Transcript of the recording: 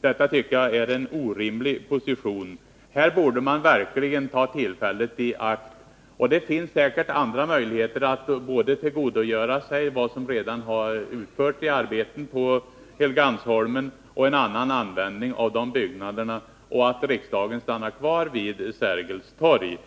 Detta tycker jag är en orimlig position. Här borde man verkligen ta tillfället i akt. Det finns säkerligen andra möjligheter att tillgodogöra sig de arbeten som utförs på Helgeandsholmen och ge byggnaderna en annan användning, medan riksdagen stannar kvar vid Sergels torg.